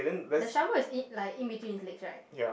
the shovel is in like in between his legs right